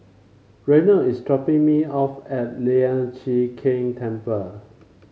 Reynold is dropping me off at Lian Chee Kek Temple